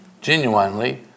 genuinely